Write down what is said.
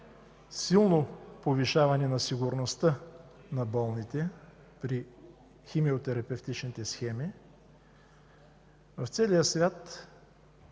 силното повишаване на сигурността на болните при химиотерапевтичните схеми, в целия свят